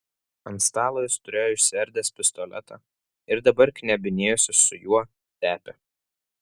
ant stalo jis turėjo išsiardęs pistoletą ir dabar knebinėjosi su juo tepė